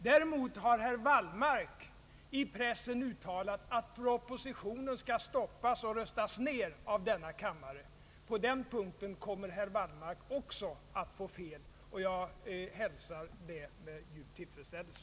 Däremot har herr Wallmark i pressen uttalat att propositionen skall stoppas och röstas ned av denna kammare, På den punkten kommer herr Wallmark också att få fel, och det hälsar jag med djup tillfredsställelse.